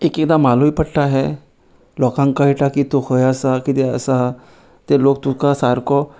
एक एकदा मालूय पडटा हे लोकांक कळटा की तूं खंय आसा कितें आसा ते लोक तुका सारको